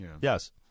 Yes